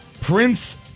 Prince